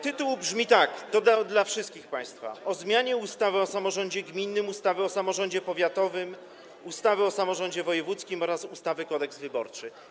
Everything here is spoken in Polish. Tytuł brzmi tak, to do wszystkich państwa: o zmianie ustawy o samorządzie gminnym, ustawy o samorządzie powiatowym, ustawy o samorządzie wojewódzkim oraz ustawy Kodeks wyborczy.